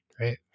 right